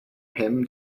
him